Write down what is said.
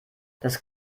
das